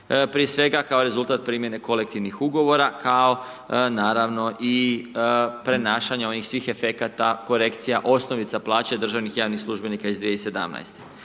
prije svega kao rezultat primjene kolektivnih ugovora kao naravno i prenašanja onih svih efekata, korekcija, osnovica plaće državnih i javnih službenika iz 2017.